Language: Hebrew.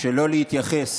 שלא להתייחס